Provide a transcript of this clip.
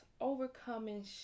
overcoming